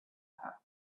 her